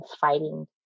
fighting